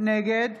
נגד